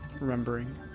remembering